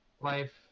life